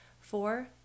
Four